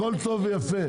תחרות הכל טוב ויפה,